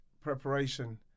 preparation